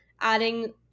adding